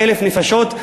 200,000 נפשות,